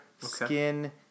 skin